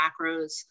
macros